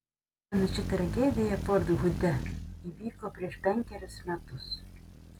panaši tragedija fort hude įvyko prieš penkerius metus